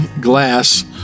glass